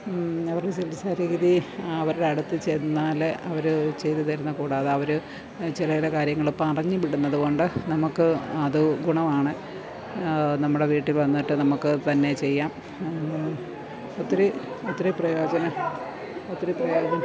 അവരുടെ ചികിത്സാരീതി അവരുടെ അടുത്തു ചെന്നാല് അവര് ചെയ്തുതരുന്ന കൂടാതെ അവര് ചില ചില കാര്യങ്ങള് പറഞ്ഞുവിടുന്നതുകൊണ്ട് നമുക്ക് അത് ഗുണമാണ് നമ്മുടെ വീട്ടില് വന്നിട്ട് നമുക്ക് തന്നെ ചെയ്യാം ഒത്തിരി ഒത്തിരി പ്രയോജന ഒത്തിരി പ്രയോജന